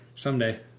Someday